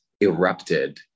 erupted